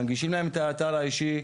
מנגישים להם את האתר האישי,